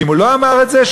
ואם הוא לא אמר את זה,